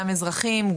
גם אזרחים,